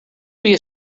wie